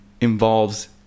involves